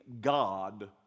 God